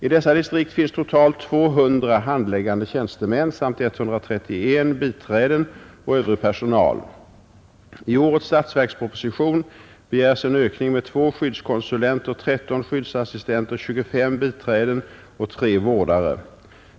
I dessa distrikt finns totalt 200 handläggande tjänstemän samt 131 biträden och övrig personal. I årets statsverksproposition begärs en ökning med två skyddskonsulenter, 13 skyddsassistenter, 25 biträden och tre vårdare.